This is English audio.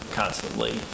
constantly